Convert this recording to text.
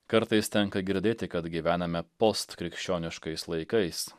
kartais tenka girdėti kad gyvename post krikščioniškais laikais